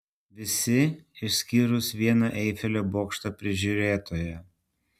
visi išskyrus vieną eifelio bokšto prižiūrėtoją